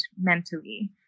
mentally